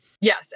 Yes